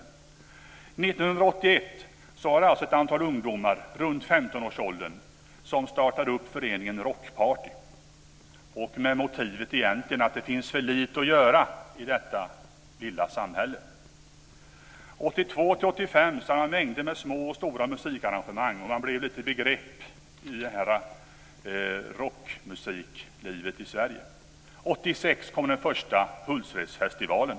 1981 var det ett antal ungdomar i 15-årsåldern som startade föreningen Rockparty med motivet att det fanns för lite att göra i detta lilla samhälle. 1982-1985 anordnade man mängder med små och stora musikarrangemang, och föreningen Rockparty blev något av ett begrepp i rockmusiklivet i Sverige. 1986 anordnades den första Hultsfredsfestivalen.